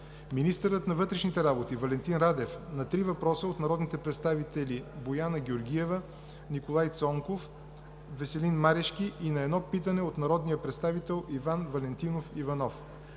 министърът на вътрешните работи Валентин Радев – на три въпроса от народните представители Боряна Георгиева, Николай Цонков и Веселин Марешки, и на едно питане от народния представител Иван Валентинов Иванов;